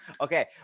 Okay